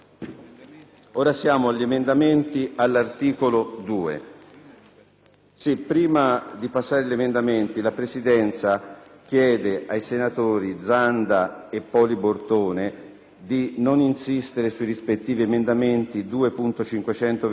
riferiti all'articolo 2, la Presidenza chiede ai senatori Zanda e Poli Bortone di non insistere sui rispettivi emendamenti 2.521, 2.523 e 2.87,